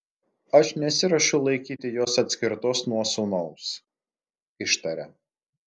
aš nesiruošiu laikyti jos atskirtos nuo sūnaus ištaria